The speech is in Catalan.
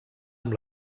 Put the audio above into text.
amb